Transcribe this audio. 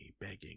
begging